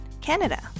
canada